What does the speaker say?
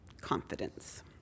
confidence